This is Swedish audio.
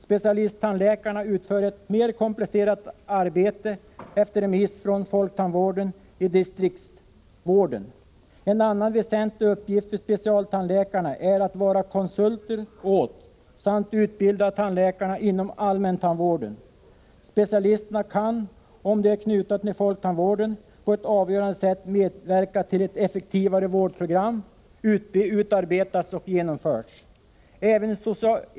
Specialisttandläkarna utför ett mer komplicerat arbete efter remiss från folktandvårdens distriktsvård. En annan väsentlig uppgift för specialisttandläkarna är att vara konsulter åt samt utbilda tandläkarna inom allmäntandvården. Specialisterna kan — om de är knutna till folktandvården — på ett avgörande sätt medverka till att ett effektivare vårdprogram utarbetas och genomförs.